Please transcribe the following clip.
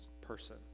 person